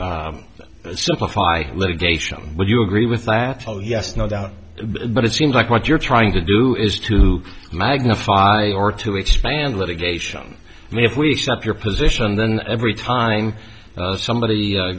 simplify litigation would you agree with that fellow yes no doubt but it seems like what you're trying to do is to magnify or to expand litigation i mean if we accept your position then every time somebody